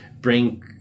bring